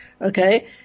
Okay